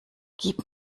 gib